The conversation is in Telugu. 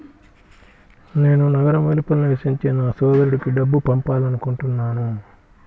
నేను నగరం వెలుపల నివసించే నా సోదరుడికి డబ్బు పంపాలనుకుంటున్నాను